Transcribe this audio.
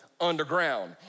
underground